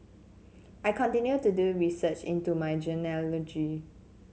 I continue to do research into my genealogy